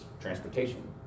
transportation